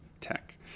tech